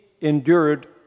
endured